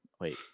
Wait